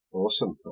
awesome